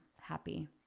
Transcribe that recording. happy